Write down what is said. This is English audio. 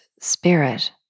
spirit